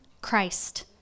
Christ